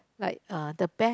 like uh the best